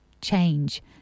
change